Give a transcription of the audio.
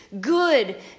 good